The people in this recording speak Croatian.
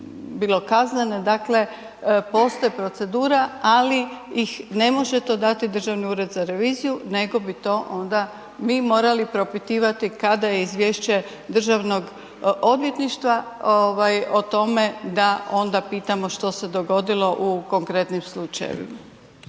bilo kaznene, dakle postoji procedura ali ih ne može to dati Državni ured za reviziju nego bi to onda mi morali propitivati kada je izvješće državnog odvjetništva o tome da onda pitamo što se dogodilo u konkretnim slučajevima.